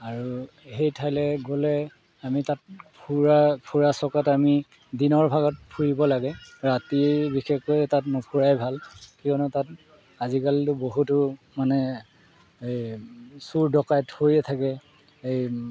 আৰু সেই ঠাইলৈ গ'লে আমি তাত ফুৰা ফুৰা চকাত আমি দিনৰ ভাগত ফুৰিব লাগে ৰাতি বিশেষকৈ তাত নুফুৰাই ভাল কিয়নো তাত আজিকালিতো বহুতো মানে এই চুৰ ডকাইত হৈয়ে থাকে এই